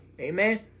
Amen